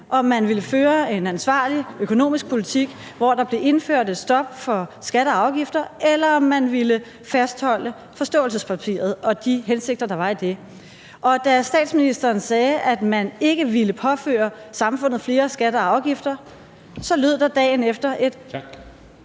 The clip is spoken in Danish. om man ville føre en ansvarlig politik, hvor der blev indført et stop for skatter og afgifter, eller om man ville fastholde forståelsespapiret og de hensigter, der var i det. Og da statsministeren sagde, at man ikke ville påføre samfundet flere skatter og afgifter, så lød der dagen efter sådan